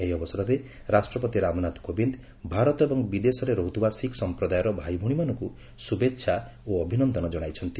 ଏହି ଅବସରରେ ରାଷ୍ଟ୍ରପତି ରାମନାଥ କୋବିନ୍ଦ ଭାରତ ଏବଂ ବିଦେଶରେ ରହୁଥିବା ଶିଖ୍ ସମ୍ପ୍ରଦାୟର ଭାଇଭଉଣୀମାନଙ୍କୁ ଶୁଭେଛା ଓ ଅଭିନନ୍ଦନ ଜଣାଇଛନ୍ତି